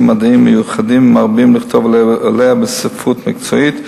מדעיים מיוחדים ומרבים לכתוב עליה בספרות המקצועית.